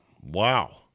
Wow